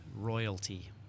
royalty